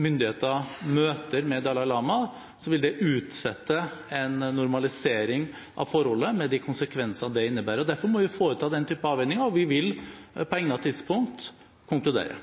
myndigheter møter Dalai Lama, vil det utsette en normalisering av forholdet, med de konsekvenser det innebærer. Derfor må vi foreta den typen avveininger, og vi vil på egnet tidspunkt konkludere.